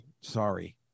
Sorry